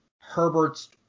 Herbert's